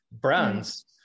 brands